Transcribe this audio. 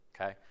Okay